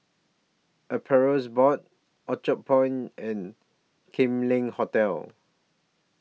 Appeals Board Orchard Point and Kam Leng Hotel